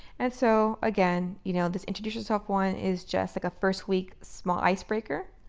and so, again, you know, this introduce yourself one is just like a first week small icebreaker.